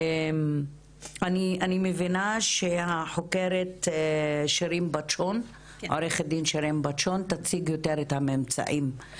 אני מבינה שהחוקרת עורכת דין שירין בטשון תציג את הממצאים.